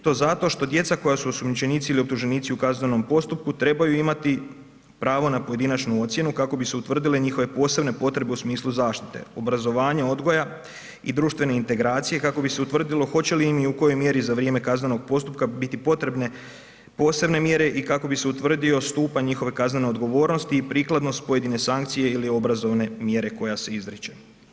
To zašto što djeca koja su osumnjičenici ili optuženici u kaznenom postupku, trebaju imati pravo na pojedinačnu ocjenu kako bi se utvrdile njihove posebne potrebe u smislu zaštite, obrazovanja, odgoja i društvene integracije kako bi se utvrdilo hoće li im i u kojoj mjeri za vrijeme kaznenog postupka biti potrebne posebne mjere i kako bi se utvrdio stupanj njihove kaznene odgovornosti i prikladnost pojedine sankcije ili obrazovne mjere koja se izriče.